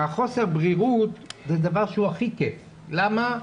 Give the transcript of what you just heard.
וחוסר הבהירות זה דבר שהכי כיף, למה?